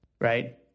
right